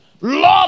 Lord